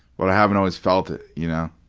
but i haven't always felt it, y'know?